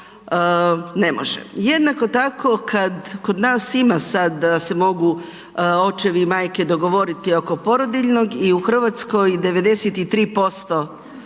ne može. Jednako tako, kad, kod nas ima sad da se mogu očevi i majke dogovoriti oko porodiljnog i u RH 93%